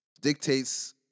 dictates